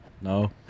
No